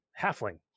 halfling